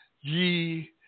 ye